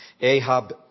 Ahab